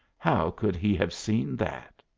how could he have seen that?